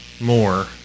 more